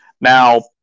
Now